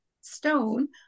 stone